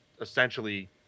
essentially